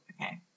Okay